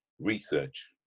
research